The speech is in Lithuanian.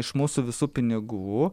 iš mūsų visų pinigų